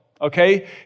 okay